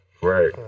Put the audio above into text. Right